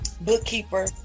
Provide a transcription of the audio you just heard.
bookkeeper